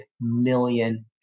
million